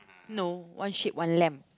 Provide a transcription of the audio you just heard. no one sheep one lamb